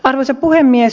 arvoisa puhemies